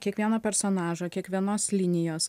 kiekvieno personažo kiekvienos linijos